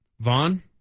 Vaughn